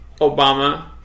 Obama